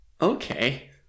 Okay